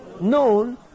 Known